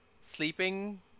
sleeping